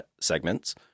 segments